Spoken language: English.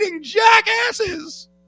jackasses